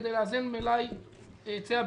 כדי לאזן מלאי היצע,